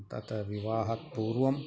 तत् विवाहात् पूर्वम्